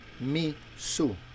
Mi-su